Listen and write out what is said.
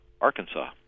Arkansas